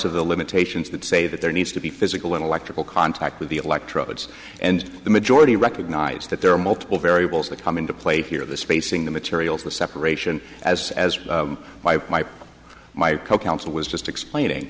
of the limitations that say that there needs to be physical electrical contact with the electrodes and the majority recognize that there are multiple variables that come into play here the spacing the materials the separation as as my co counsel was just explaining